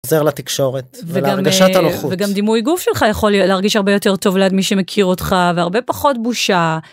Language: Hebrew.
עוזר לתקשורת ולהרגשת הנוחות. וגם דימוי גוף שלך יכול להרגיש הרבה יותר טוב ליד מי שמכיר אותך והרבה פחות בושה.